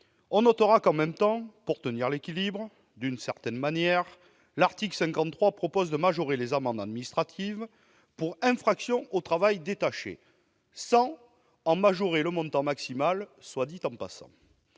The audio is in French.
On notera que, en même temps, pour tenir l'équilibre, d'une certaine manière, l'article 53 prévoit de majorer les amendes administratives pour infraction au travail détaché, sans en majorer le montant maximal, soit dit en passant.